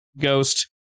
Ghost